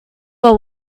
are